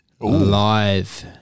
Live